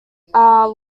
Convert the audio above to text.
are